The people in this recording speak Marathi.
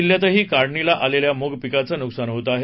जिल्ह्यात काढणीला आलेल्या मूग पिकांचं नुकसान होत आहे